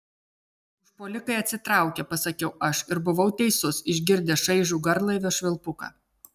užpuolikai atsitraukė pasakiau aš ir buvau teisus išgirdę šaižų garlaivio švilpuką